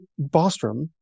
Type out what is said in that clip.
Bostrom